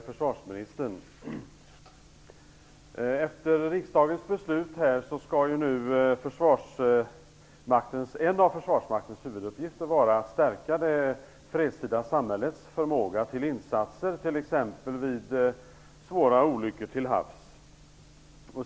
Fru talman! Jag har en fråga till försvarsministern. Enligt riksdagens beslut skall en av Försvarsmaktens huvuduppgifter vara att stärka det fredstida samhällets förmåga till insatser t.ex. vid svåra olyckor till havs.